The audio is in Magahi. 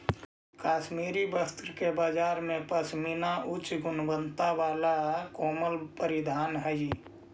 कश्मीरी वस्त्र के बाजार में पशमीना उच्च गुणवत्ता वाला कोमल परिधान हइ